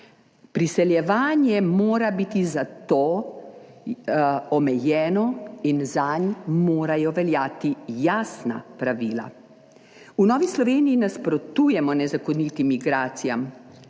Priseljevanje mora biti zato omejeno in zanj morajo veljati jasna pravila. V Novi Sloveniji nasprotujemo nezakonitim migracijam.